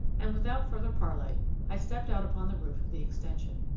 and without further parley i stepped out upon the roof of the extension.